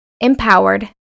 empowered